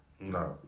No